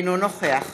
אינו נוכח